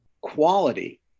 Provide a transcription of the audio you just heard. quality